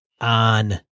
on